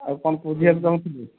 ଆଉ କ'ଣ ବୁଝିବାକୁ ଚାହୁଁଛନ୍ତି